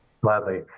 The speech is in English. Gladly